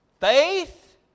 faith